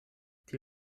die